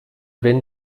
wenn